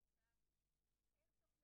שידברו על כך שהעובד הצהיר כי בן זוגו נעדר.